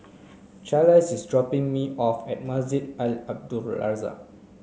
Charlize is dropping me off at Masjid Al Abdul Razak